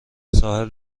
ساحل